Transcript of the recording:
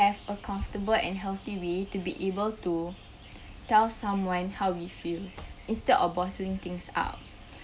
have a comfortable and healthy way to be able to tell someone how we feel instead of bottling things up